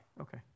okay